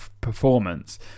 performance